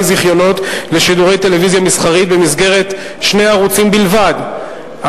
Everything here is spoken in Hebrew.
זיכיונות לשידורי טלוויזיה מסחרית במסגרת שני ערוצים בלבד,